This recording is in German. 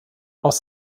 aus